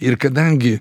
ir kadangi